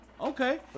okay